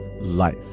life